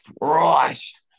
Christ